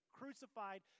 crucified